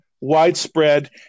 widespread